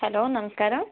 hello നമസ്കാരം